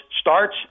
starts